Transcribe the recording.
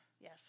Yes